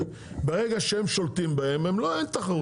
ברגע שהם שולטים בהם הם אין תחרות כבר,